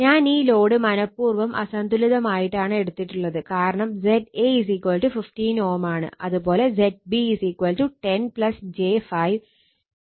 ഞാൻ ഈ ലോഡ് മനഃപൂർവ്വം അസന്തുലിതമായിട്ടാണ് എടുത്തിട്ടുള്ളത് കാരണം Za 15 Ω ആണ് അതുപോലെ Zb 10 j 5 Ω ആണ്